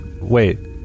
Wait